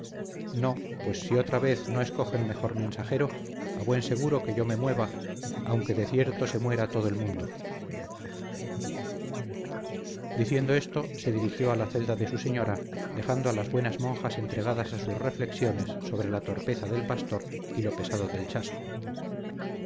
no pues si otra vez no escogen mejor mensajero a buen seguro que yo me mueva aunque de cierto se muera todo el mundo diciendo esto se dirigió a la celda de su señora dejando a las buenas monjas entregadas a sus reflexiones sobre la torpeza del pastor y lo pesado del chasco